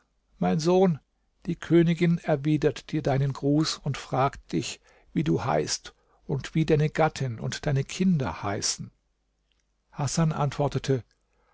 mein sohn die königin erwidert dir deinen gruß und fragt dich wie du heißt und wie deine gattin und deine kinder heißen hasan antwortete